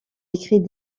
écrit